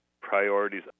priorities